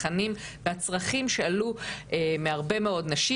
התכנים והצרכים שעלו מהרבה מאוד נשים.